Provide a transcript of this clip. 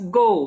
go